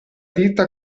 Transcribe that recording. ditta